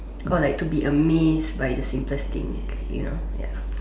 or like to be amazed by the simplest thing you know ya